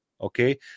okay